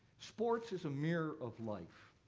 sports is a mirror of life,